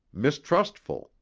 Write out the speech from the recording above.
mistrustful